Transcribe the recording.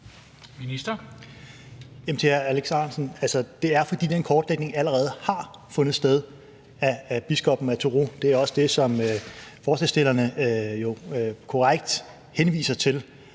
det er, fordi den kortlægning allerede har fundet sted, foretaget af biskoppen af Truro. Det er også det, som forslagsstillerne jo korrekt henviser til.